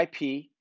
IP